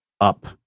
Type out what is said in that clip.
up